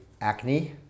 acne